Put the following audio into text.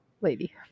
lady